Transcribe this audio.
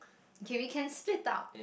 okay we can split up